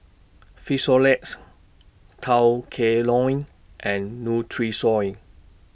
Frisolac Tao Kae Noi and Nutrisoy